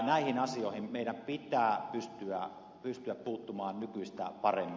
näihin asioihin meidän pitää pystyä puuttumaan nykyistä paremmin